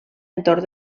entorn